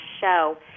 show